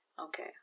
Okay